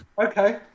Okay